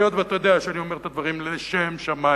היות שאתה יודע שאני אומר את הדברים לשם שמים